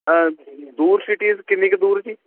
ਦੂਰ ਸੀਟੀਸ ਕਿੰਨੀ ਕੁ ਦੂਰ ਜੀ